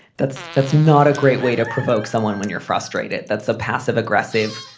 that's that's not a great way to provoke someone when you're frustrated. that's a passive aggressive,